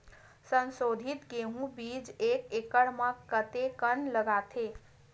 संसोधित गेहूं बीज एक एकड़ म कतेकन लगथे?